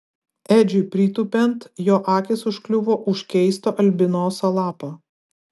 edžiui pritūpiant jo akys užkliuvo už keisto albinoso lapo